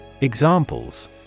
Examples